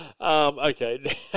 Okay